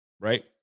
right